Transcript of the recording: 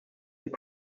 this